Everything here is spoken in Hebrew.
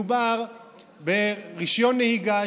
מדובר ברישיון נהיגה,